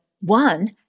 one